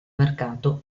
mercato